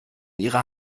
ihrer